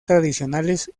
tradicionales